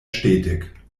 stetig